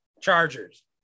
Chargers